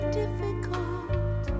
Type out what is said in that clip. difficult